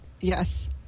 yes